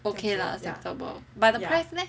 okay lah acceptable but the price leh